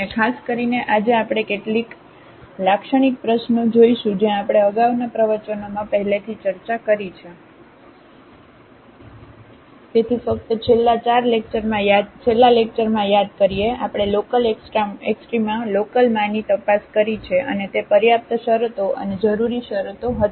અને ખાસ કરીને આજે આપણે કેટલીક લાક્ષણિક પ્રશ્નોઓ જોશું જ્યાં આપણે અગાઉના પ્રવચનોમાં પહેલેથી ચર્ચા કરી છે તેથી ફક્ત છેલ્લા લેક્ચરમાં યાદ કરીએ આપણે લોકલએક્સ્ટ્રામા લોકલ માંની તપાસ કરી છે અને તે પર્યાપ્ત શરતો અને જરૂરી શરતો હતી